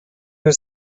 was